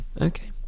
okay